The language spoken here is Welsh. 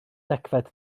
degfed